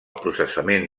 processament